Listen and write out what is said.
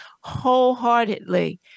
wholeheartedly